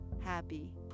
happy